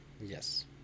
Yes